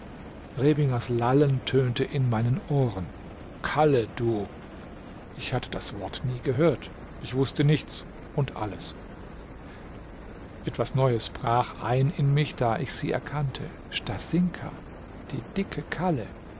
rebingers lallen tönte in meinen ohren kalle du ich hatte das wort nie gehört ich wußte nichts und alles etwas neues brach ein in mich da ich sie erkannte stasinka die dicke kalle